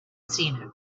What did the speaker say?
seen